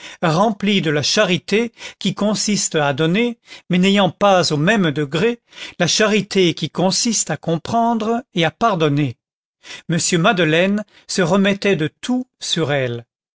remplie de la charité qui consiste à donner mais n'ayant pas au même degré la charité qui consiste à comprendre et à pardonner m madeleine se remettait de tout sur elle